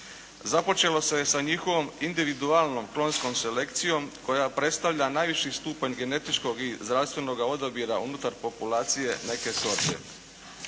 Započelo se sa njihovom individualnom klonskom selekcijom koja predstavlja najviši stupanj genetičkog i zdravstvenog odabira unutar populacije neke sorte.